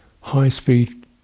high-speed